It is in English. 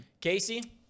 Casey